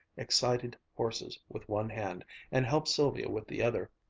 excited horses with one hand and helped sylvia with the other.